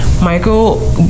Michael